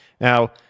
Now